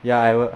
ya I will